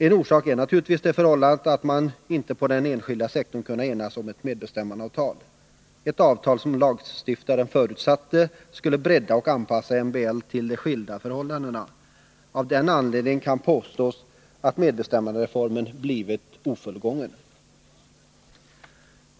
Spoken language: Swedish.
En orsak är naturligtvis det förhållandet att man inte på den enskilda sektorn kunnat enas om ett medbestämmandeavtal — ett avtal som lagstiftaren förutsatte skulle bredda och anpassa MBL till de skilda förhållandena. Av den anledningen kan påstås att medbestämmandereformen blivit ofullgången.